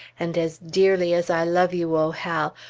and as dearly as i love you, o hal,